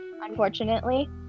unfortunately